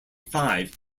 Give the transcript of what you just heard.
five